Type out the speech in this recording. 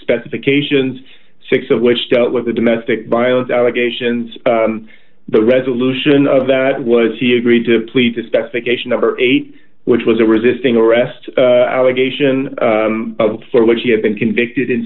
specifications six of which dealt with the domestic violence allegations the resolution of that was he agreed to plead to specification number eight which was a resisting arrest allegation for which he had been convicted in